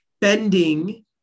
bending